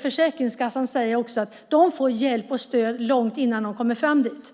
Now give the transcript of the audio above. Försäkringskassan säger också att de får hjälp och stöd långt innan de kommer fram dit.